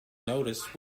noticed